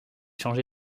changé